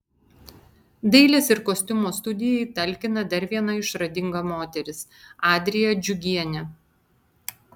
dailės ir kostiumo studijai talkina dar viena išradinga moteris adrija džiugienė